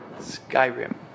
Skyrim